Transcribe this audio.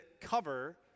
cover